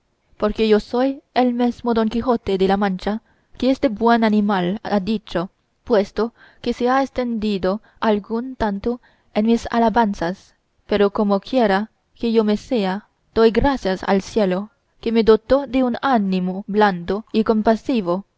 porque yo soy el mesmo don quijote de la mancha que este buen animal ha dicho puesto que se ha estendido algún tanto en mis alabanzas pero comoquiera que yo me sea doy gracias al cielo que me dotó de un ánimo blando y compasivo